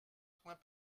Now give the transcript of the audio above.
point